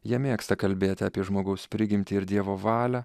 jie mėgsta kalbėti apie žmogaus prigimtį ir dievo valią